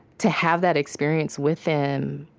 to have that experience with them,